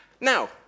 Now